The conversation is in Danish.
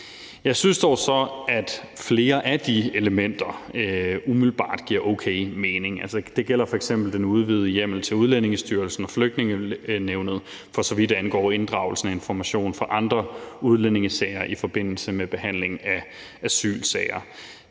dog så, at flere af de elementer umiddelbart giver okay mening. Det gælder f.eks. den udvidede hjemmel til Udlændingestyrelsen og Flygtningenævnet, for så vidt angår inddragelsen af information fra andre udlændingesager i forbindelse med behandlingen af asylsager.